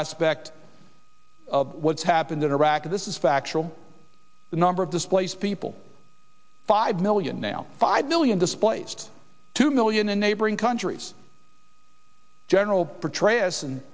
aspect of what's happened in iraq this is factual the number of displaced people five million now five million displaced two million in neighboring countries general petraeus and